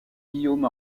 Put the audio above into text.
guillaume